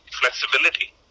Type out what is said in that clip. flexibility